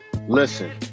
listen